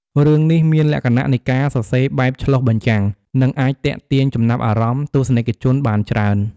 រឿងនេះមានលក្ខណៈនៃការសរសេរបែបឆ្លុះបញ្ចាំង និងអាចទាក់ទាញចំណាប់អារម្មណ៍ទស្សនិកជនបានច្រើន។